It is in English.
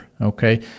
okay